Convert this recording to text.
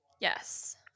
Yes